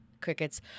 crickets